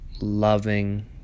loving